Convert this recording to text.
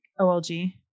OLG